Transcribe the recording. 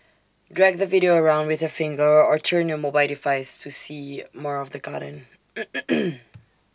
drag the video around with your finger or turn your mobile device to see more of the garden